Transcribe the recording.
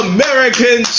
American